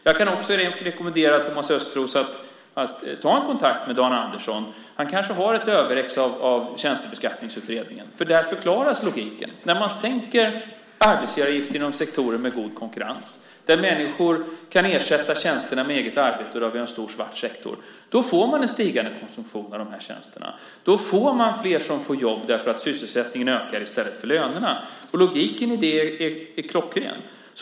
Jag kan också rekommendera Thomas Östros att ta kontakt med Dan Andersson. Kanske har han ett överexemplar av Tjänstebeskattningsutredningen. Där förklaras logiken. När man sänker arbetsgivaravgiften inom sektorer med god konkurrens och där människor kan ersätta tjänsterna med eget arbete - där har vi en stor svart sektor - får man en stigande konsumtion av de här tjänsterna och då får flera jobb därför att sysselsättningen ökar i stället för lönerna. Logiken i det är klockren.